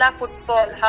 football